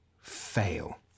Fail